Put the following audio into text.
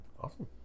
awesome